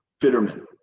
Fitterman